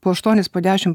po aštuonis po dešim